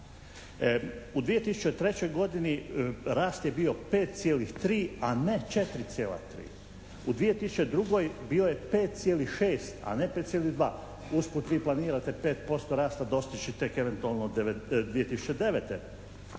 U 2003. godini rast je bio 5,3, a ne 4,3. U 2000. bio je 5,6, a ne 5,2. Usput, vi planirate 5% rasta dostići tek eventualno 2009. Pazite,